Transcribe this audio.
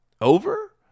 over